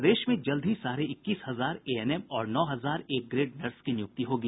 प्रदेश में जल्द ही साढ़े इक्कीस हजार एएनएम और नौ हजार एग्रेड नर्स की नियुक्ति होगी